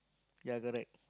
yea correct